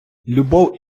любов